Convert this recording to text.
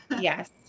yes